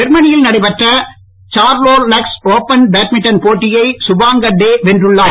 ஜெர்மனியில் நடைபெற்ற Saarlorlux open badminton போட்டியை சுபாங்கர் டே வென்றுள்ளார்